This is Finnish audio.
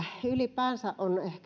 ylipäänsä on ehkä